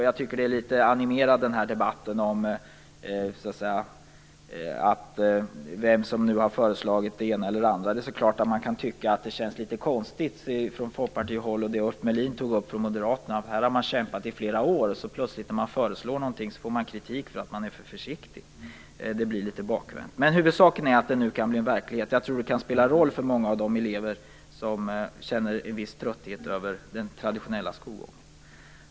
Jag tycker att debatten om vem som har föreslagit det ena eller det andra är litet animerad. Det är klart att vi från folkpartihåll kan tycka att det känns litet konstigt - Ulf Melin tog också upp det från Moderaternas håll - att här har man kämpat i flera år, och när man plötsligt föreslår någonting får man kritik för att man är för försiktig. Det blir litet bakvänt. Men huvudsaken är att den nu kan bli verklighet. Jag tror att den kan spela en roll för många av de elever som känner en viss trötthet över den traditionella skolgången.